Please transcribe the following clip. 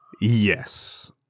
Yes